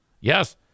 Yes